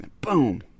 boom